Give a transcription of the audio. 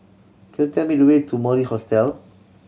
could you tell me the way to Mori Hostel